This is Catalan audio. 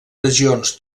regions